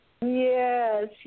Yes